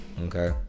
Okay